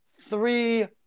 three